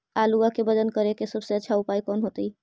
आलुआ के वजन करेके सबसे अच्छा उपाय कौन होतई?